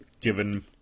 given